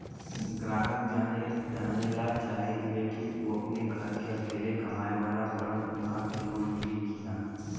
ग्राहक जानेला चाहे ले की ऊ अपने घरे के अकेले कमाये वाला बड़न उनका के लोन मिली कि न?